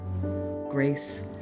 grace